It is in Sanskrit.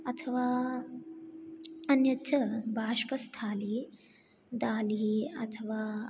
अथवा अन्यच्च बाष्पस्थाली दालिः अथवा